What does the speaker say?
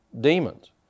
demons